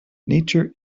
nature